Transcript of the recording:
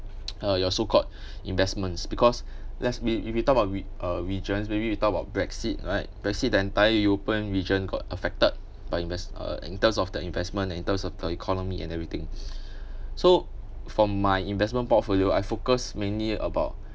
uh your so called investments because let's re~ if we talk about re~ uh regions maybe we talk about brexit right brexit the entire european region got affected by invest~ uh in terms of the investment in terms of the economy and everything so for my investment portfolio I focus mainly about